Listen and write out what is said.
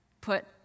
put